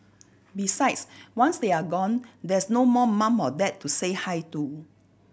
besides once they are gone there's no more mum or dad to say hi to